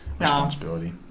responsibility